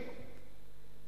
אלא ניתן תהליך,